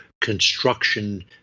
construction